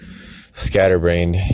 scatterbrained